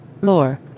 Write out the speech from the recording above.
Lore